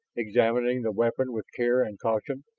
examining the weapon with care and caution.